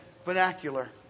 vernacular